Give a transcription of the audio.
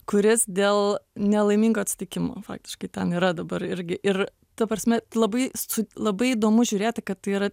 kuris dėl nelaimingo atsitikimo faktiškai ten yra dabar irgi ir ta prasme labai su labai įdomu žiūrėti kad tai yra